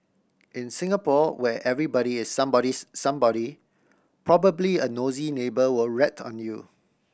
in Singapore where everybody is somebody's somebody probably a nosy neighbour will rat on you